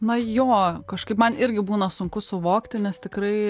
na jo kažkaip man irgi būna sunku suvokti nes tikrai